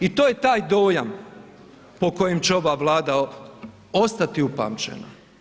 I to je taj dojam po kojem će ova Vlada ostati upamćena.